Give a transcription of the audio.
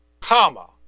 comma